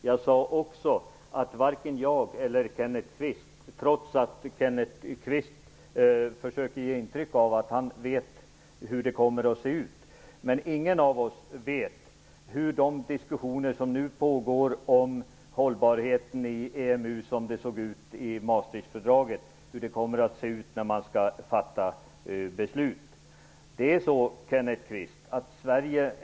Jag sade också att varken jag eller Kenneth Kvist, trots att Kenneth Kvist försöker ge intryck av att han vet hur det kommer att se ut, vet hur de diskussioner som nu pågår om hållbarheten i EMU som det såg ut i Maastrichtfördraget kommer sluta och hur det kommer att se ut när man skall fatta beslut.